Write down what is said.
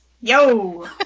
Yo